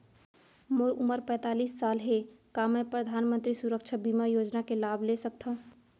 मोर उमर पैंतालीस साल हे का मैं परधानमंतरी सुरक्षा बीमा योजना के लाभ ले सकथव?